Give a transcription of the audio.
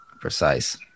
precise